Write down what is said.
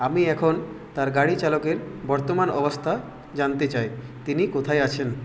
আমি এখন তার গাড়ি চালকের বর্তমান অবস্থা জানতে চাই তিনি কোথায় আছেন